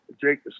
Jake